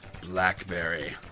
BlackBerry